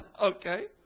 Okay